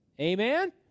Amen